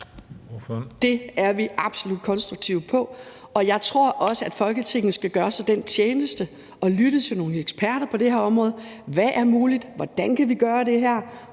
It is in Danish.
Det er vi absolut konstruktive over for. Jeg tror også, at Folketinget skal gøre sig selv den tjeneste at lytte til nogle eksperter på det her område. Hvad er muligt? Hvordan kan vi gøre det her?